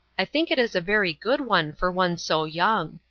i think it is a very good one for one so young.